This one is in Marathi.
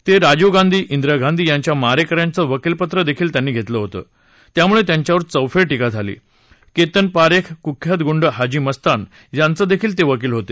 ते राजीव गांधी इंदिरा गांधी यांच्या मारेकऱ्यांचं वकीलपत्र देखील त्यांनी घेतलं होतं त्यामुळे त्यांच्यावर चौफेर टीका झाली केतन पारेख कुख्यात गुंड हाजी मस्तान यांचे देखील ते वकील होत